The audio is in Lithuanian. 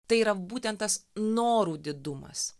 tai yra būtent tas norų didumas